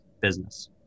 business